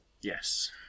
yes